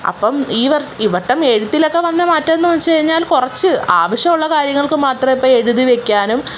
അപ്പം ഈ ഈ വട്ടം എഴുത്തിലൊക്കെ വന്ന മാറ്റം എന്ന് വെച്ച് കഴിഞ്ഞാൽ കുറച്ച് ആവശ്യമുള്ള കാര്യങ്ങൾക്ക് മാത്രമേ ഇപ്പം എഴുതി വയ്ക്കാനും